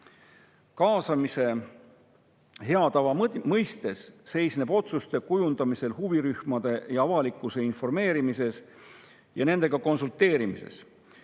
kaasamise hea tava mõistes seisneb otsuste kujundamisel huvirühmade ja avalikkuse informeerimises ja nendega konsulteerimises.